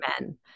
men